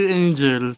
angel